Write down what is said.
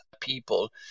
people